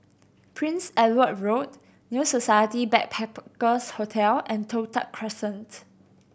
Prince Edward Road New Society Backpackers' Hotel and Toh Tuck Crescent